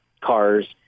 cars